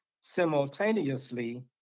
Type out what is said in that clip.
simultaneously